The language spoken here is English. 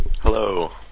Hello